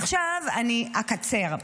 עכשיו אני אקצר.